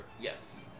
Yes